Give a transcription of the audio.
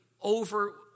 over